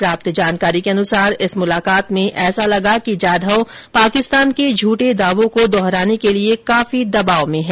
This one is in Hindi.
प्राप्त जानकारी के अनुसार इस मुलाकात में ऐसा लगा कि जाधव पाकिस्तान के झूठे दावों को दोहराने के लिए काफी दबाव में है